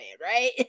right